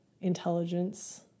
intelligence